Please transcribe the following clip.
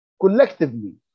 collectively